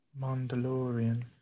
Mandalorian